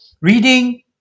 reading